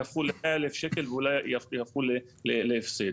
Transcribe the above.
יהפכו ל-100,000 שקל ואולי יהפכו להפסד.